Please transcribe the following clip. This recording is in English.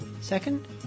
Second